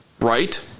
right